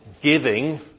giving